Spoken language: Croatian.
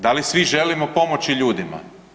Da li svi želimo pomoći ljudima?